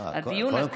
הדיון הקריטי, למה?